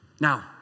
Now